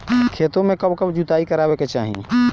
खेतो में कब कब जुताई करावे के चाहि?